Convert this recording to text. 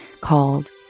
called